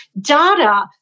data